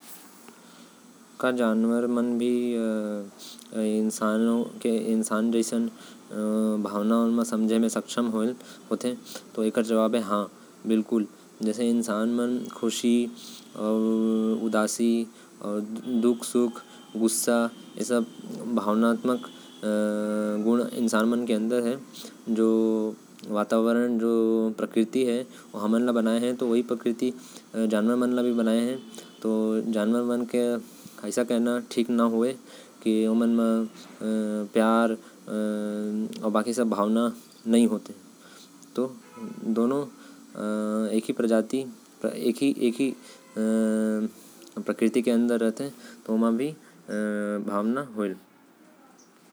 हव हमन जैसा ओहोमन सब समझथे। ओमनो के अंदर भावना होथे। ओहो मन इंसान मन जैसा सब समझथे। गुस्सा सुख व दुःख ओमनो अंदर होथे।